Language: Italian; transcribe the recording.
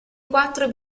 quattro